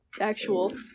actual